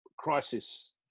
crisis